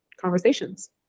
conversations